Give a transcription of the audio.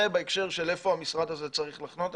זה בהקשר של המקום שהמשרד הזה צריך לחנות.